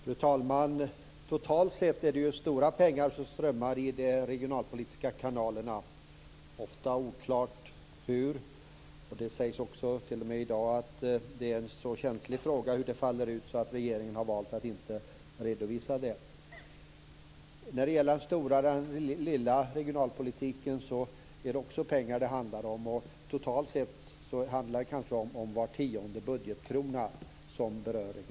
Fru talman! Totalt sett är det stora pengar som strömmar genom de regionalpolitiska kanalerna, ofta oklart hur. Det sägs i dag t.o.m. att frågan hur detta faller ut är så känslig att regeringen har valt att inte redovisa det. Också när det gäller den lilla regionalpolitiken handlar det om pengar. Totalt sett berör regionalpolitiken kanske var tionde budgetkrona.